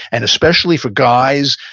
and especially for guys,